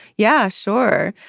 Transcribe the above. yeah sure.